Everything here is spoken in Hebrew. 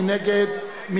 מי נגד?